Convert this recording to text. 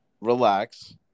Relax